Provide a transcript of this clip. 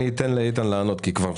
אני אתן לאיתן לענות לך.